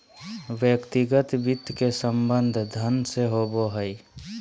व्यक्तिगत वित्त के संबंध धन से होबो हइ